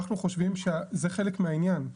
זה חלק מהעניין.